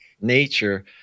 nature